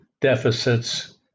deficits